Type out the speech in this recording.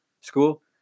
school